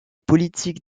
politique